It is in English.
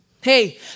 hey